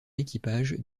équipage